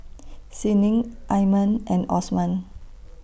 Senin Iman and Osman